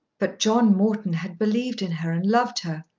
but john morton had believed in her and loved her.